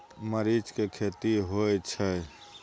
मरीच के खेती होय छय?